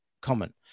common